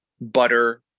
butter